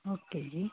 okay ਜੀ